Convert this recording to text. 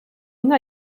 una